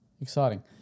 Exciting